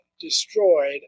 destroyed